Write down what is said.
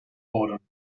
worden